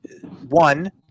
One